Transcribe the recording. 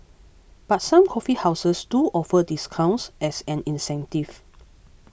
but some coffee houses do offer discounts as an incentive